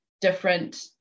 different